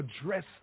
address